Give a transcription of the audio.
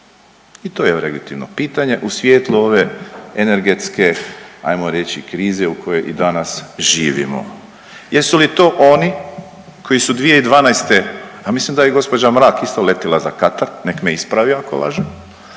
I to je legitimno pitanje u svjetlu ove energetske hajmo reći krize u kojoj i danas živimo. Jesu li to oni koji su 2012., a mislim da je i gospođa Mrak isto letjela za Katar – neka me ispravi ako lažem